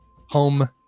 home